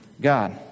God